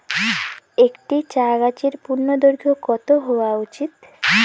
একটি চা গাছের পূর্ণদৈর্ঘ্য কত হওয়া উচিৎ?